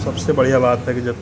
सबसे बढ़िया बात है कि जब